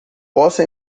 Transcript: posso